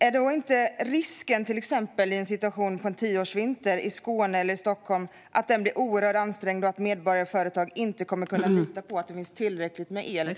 Är inte risken, till exempel vid en tioårsvinter i Skåne eller i Stockholm, att situationen blir oerhört ansträngd och att medborgare och företag inte kan lita på att det finns tillräckligt med el i framtiden?